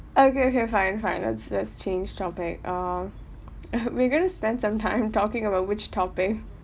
okay okay fine fine let's let's change topic ah we're going to spend some time talking about which topic